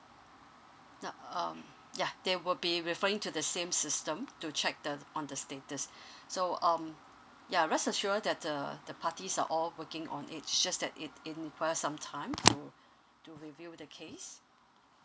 now um ya they will be referring to the same system to check the on the status so um ya rest assured that the the parties are all working on it it's just that it require some time to review the case